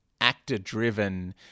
actor-driven